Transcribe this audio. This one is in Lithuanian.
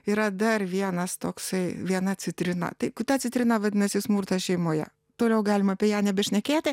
yra dar vienas toksai viena citrina tai ta citrina vadinasi smurtas šeimoje toliau galima apie ją nebešnekėti